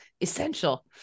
essential